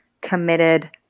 committed